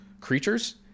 creatures